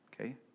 Okay